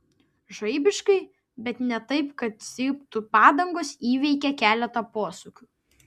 žaibiškai bet ne taip kad cyptų padangos įveikė keletą posūkių